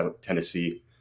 Tennessee